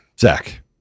zach